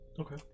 Okay